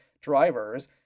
drivers